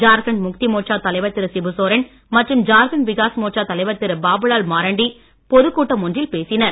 ஜார்கண்ட் முக்தி மோட்சா தலைவர் திரு சிபுசோரன் மற்றும் ஜார்கண்ட் விகாஸ் மோர்ச்சா தலைவர் திரு பாபுலால் மாரண்டி பொதுக் கூட்டம் ஒன்றில் பேசினர்